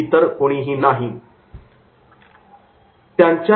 इतर कोणीही नाही